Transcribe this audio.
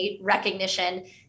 recognition